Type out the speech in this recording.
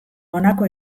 honako